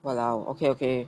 !walao! okay okay